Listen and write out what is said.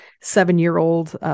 seven-year-old